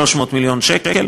300 מיליון שקל,